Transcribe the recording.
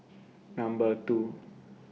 Number two